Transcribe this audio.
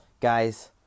guys